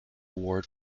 award